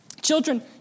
Children